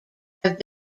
have